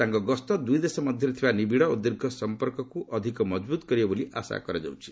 ତାଙ୍କ ଗସ୍ତ ଦୁଇ ଦେଶ ମଧ୍ୟରେ ଥିବା ନିବିଡ଼ ଓ ଦୀର୍ଘ ସମ୍ପର୍କକୁ ଅଧିକ ମଜବୁତ୍ କରିବ ବୋଲି ଆଶା କରାଯାଉଛି